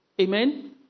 amen